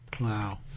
Wow